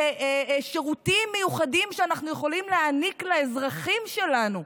בשירותים מיוחדים שאנחנו יכולים להעניק לאזרחים שלנו.